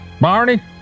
Barney